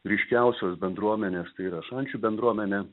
ryškiausios bendruomenės tai yra šančių bendruomenė